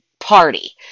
Party